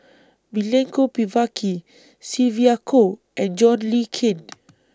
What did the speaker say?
Milenko Prvacki Sylvia Kho and John Le Cain